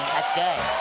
that's good.